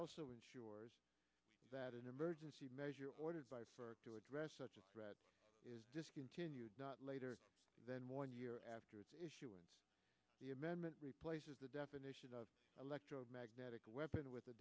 also ensures that an emergency measure ordered by for to address such a threat is discontinued not later than one year after issuing the amendment replaces the definition of electromagnetic weapon with the